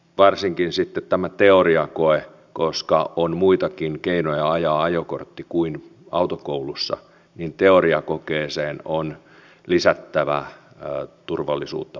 varsinkin sitten tähän teoriakokeeseen koska on muitakin keinoja ajaa ajokortti kuin autokoulussa on lisättävä turvallisuutta parantavia osoita